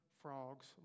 frogs